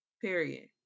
period